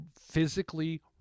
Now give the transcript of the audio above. physically